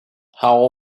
how